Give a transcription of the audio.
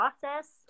process